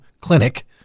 clinic